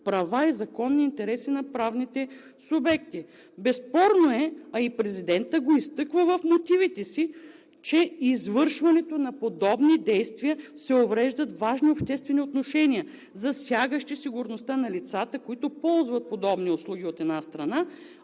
права и законни интереси на правните субекти. Безспорно е, а и президентът го изтъква в мотивите си, че с извършването на подобни действия се увреждат важни обществени отношения, засягащи сигурността на лицата, които ползват подобни услуги, от една страна,